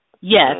Yes